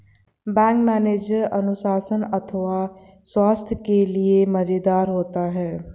bank manager अनुशासन अथवा व्यवसाय के लिए जिम्मेदार होता है